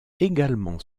également